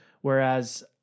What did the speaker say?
Whereas